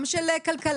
גם של כלכלה,